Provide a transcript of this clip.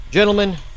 Gentlemen